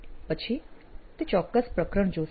પછી તે કદાચ ચોક્કસ પ્રકરણ જોશે